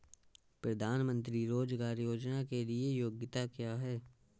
प्रधानमंत्री रोज़गार योजना के लिए योग्यता क्या है?